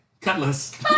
cutlass